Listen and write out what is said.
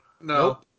no